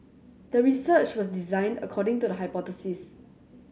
the research was designed according to the hypothesis